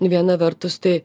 nu viena vertus tai